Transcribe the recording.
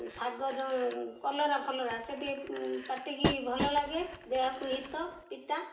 ଶାଗ ଯେଉଁ କଲରା ଫଲରା ସେଟିକେ ପାଟିକି ଭଲ ଲାଗେ ଦେହକୁ ହିତ ପିତା